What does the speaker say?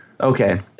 Okay